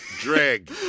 drag